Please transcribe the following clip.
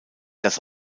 das